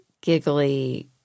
giggly